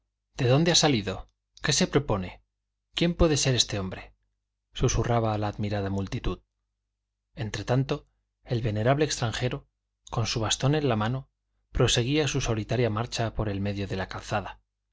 de dónde ha salido qué se propone quién puede ser este hombre susurraba la admirada multitud entretanto el venerable extranjero con su bastón en la mano proseguía su solitaria marcha por el medio de la calzada